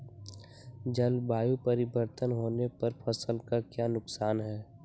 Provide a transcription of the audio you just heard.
जलवायु परिवर्तन होने पर फसल का क्या नुकसान है?